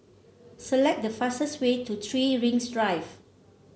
select the fastest way to Three Rings Drive